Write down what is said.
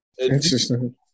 Interesting